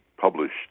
published